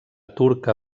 turca